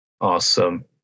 Awesome